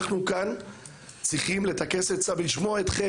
אנחנו כאן צריכים לטכס עצה ולשמוע אתכם,